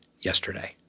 yesterday